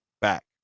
back